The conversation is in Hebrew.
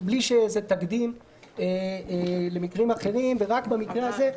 בלי שזה תקדים למקרים אחרים ורק במקרה הזה,